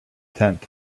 tent